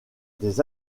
des